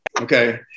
okay